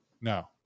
No